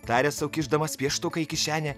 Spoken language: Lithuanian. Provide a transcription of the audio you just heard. tarė sau kišdamas pieštuką į kišenę